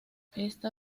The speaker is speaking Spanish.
esta